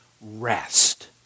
rest